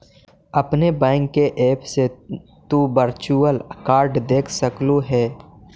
अपने बैंक के ऐप से तु वर्चुअल कार्ड देख सकलू हे